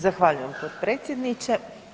Zahvaljujem potpredsjedniče.